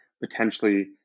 potentially